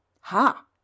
Ha